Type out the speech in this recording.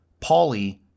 Paulie